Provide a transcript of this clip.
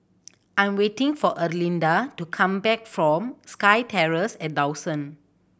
I'm waiting for Erlinda to come back from SkyTerrace at Dawson